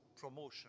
promotion